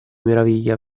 meraviglia